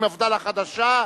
מפד"ל החדשה,